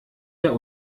der